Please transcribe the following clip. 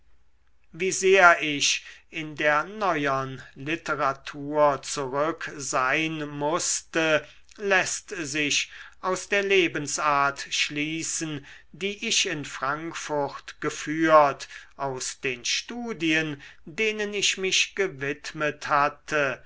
wie sehr ich in der neuern literatur zurück sein mußte läßt sich aus der lebensart schließen die ich in frankfurt geführt aus den studien denen ich mich gewidmet hatte